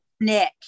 Nick